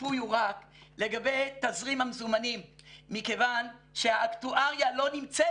השיפוי הוא רק לגבי תזרים המזומנים מכיוון שהאקטואריה לא נמצאת